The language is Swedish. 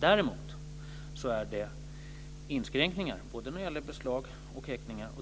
Det finns däremot inskränkningar både när det gäller beslag och häktningar.